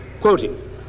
quoting